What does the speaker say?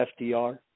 FDR